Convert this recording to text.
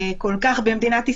את מוזמנת לדבר.